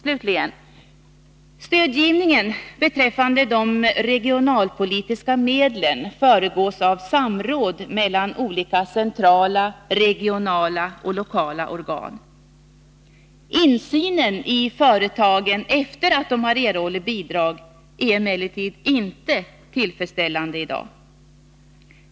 Slutligen: Stödgivningen beträffande de regionalpolitiska medlen föregås av samråd mellan olika centrala, regionala och lokala organ. Insynen i företagen, efter att de erhållit bidrag, är emellertid inte tillfredsställande i dag.